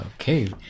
okay